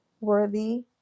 worthy